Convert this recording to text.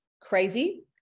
crazy